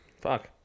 Fuck